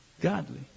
godly